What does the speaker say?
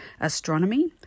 astronomy